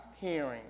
hearing